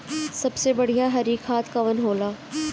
सबसे बढ़िया हरी खाद कवन होले?